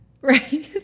right